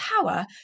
power